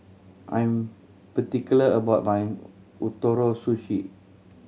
I am particular about my Ootoro Sushi